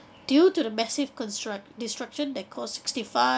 due to the massive construct destruction that caused sixty